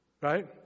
Right